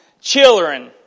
children